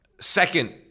second